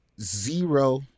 zero